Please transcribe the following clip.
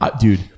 Dude